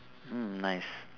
mm nice